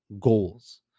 goals